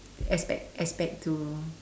expect expect to